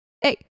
Hey